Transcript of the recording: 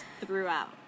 throughout